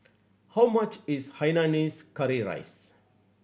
how much is hainanese curry rice